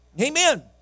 Amen